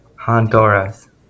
Honduras